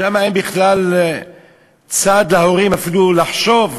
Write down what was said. שם אין בכלל צד להורים אפילו לחשוב,